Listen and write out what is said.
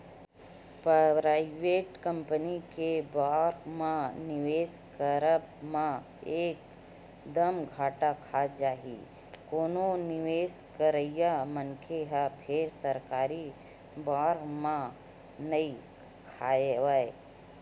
private company के bond म निवेस करब म एक दम घाटा खा जाही कोनो निवेस करइया मनखे ह फेर सरकारी बांड म नइ खावय